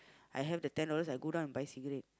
I have the ten dollars I go down and buy cigarette